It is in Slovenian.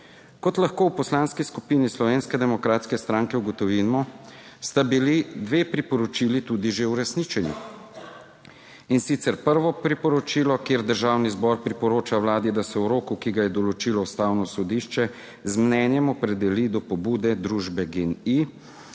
Kot lahko v Poslanski skupini Slovenske demokratske stranke ugotovimo, sta bili dve priporočili tudi že uresničeni. In sicer prvo priporočilo, kjer Državni zbor priporoča Vladi, da se v roku, ki ga je določilo Ustavno sodišče z mnenjem opredeli do pobude družbe GEN-I,